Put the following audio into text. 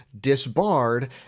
disbarred